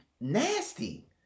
nasty